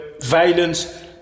violence